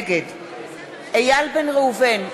נגד איל בן ראובן,